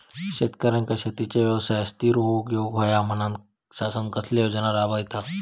शेतकऱ्यांका शेतीच्या व्यवसायात स्थिर होवुक येऊक होया म्हणान शासन कसले योजना राबयता?